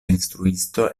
instruisto